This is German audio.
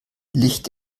licht